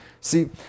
See